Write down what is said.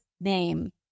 name